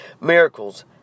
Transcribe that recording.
Miracles